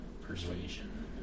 persuasion